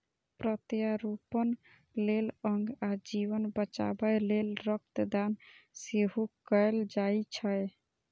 प्रत्यारोपण लेल अंग आ जीवन बचाबै लेल रक्त दान सेहो कैल जाइ छै